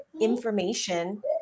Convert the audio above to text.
information